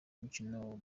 mikino